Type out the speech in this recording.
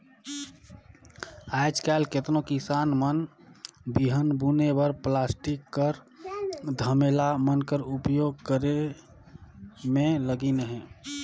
आएज काएल केतनो किसान मन बीहन बुने बर पलास्टिक कर धमेला मन कर उपियोग करे मे लगिन अहे